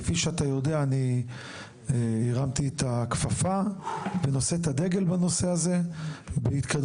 כפי שאתה יודע אני הרמתי את הכפפה ואני נושא את הדגל בעניין הזה.